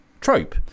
trope